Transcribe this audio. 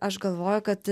aš galvoju kad